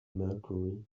mercury